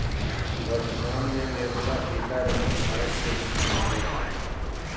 वर्तमान में निर्मला सीतारमण भारत के वित्त मंत्री हइ